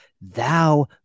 Thou